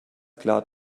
klar